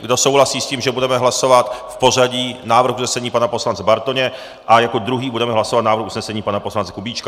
Kdo souhlasí s tím, že budeme hlasovat v pořadí: návrh usnesení pana poslance Bartoně a jako druhý budeme hlasovat návrh usnesení pana poslance Kubíčka?